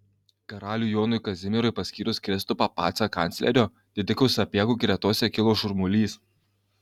karaliui jonui kazimierui paskyrus kristupą pacą kancleriu didikų sapiegų gretose kilo šurmulys